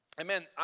Amen